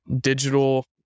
digital